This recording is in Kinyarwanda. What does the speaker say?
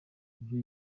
ibyo